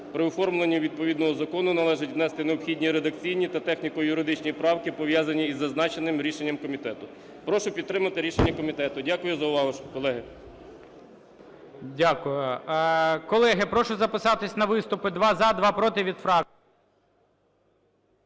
при оформленні відповідного закону належить внести необхідні редакційні та техніко-юридичні правки, пов'язані із зазначеним рішенням комітету. Прошу підтримати рішення комітету. Дякую за увагу,